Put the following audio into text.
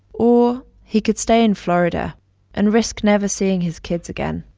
or he could stay in florida and risk never seeing his kids again